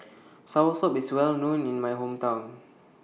Soursop IS Well known in My Hometown